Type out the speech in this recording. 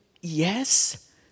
yes